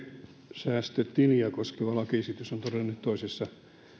osakesäästötiliä koskeva lakiesitys on todella nyt toisessa